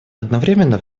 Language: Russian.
одновременно